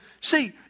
see